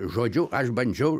žodžiu aš bandžiau